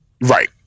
Right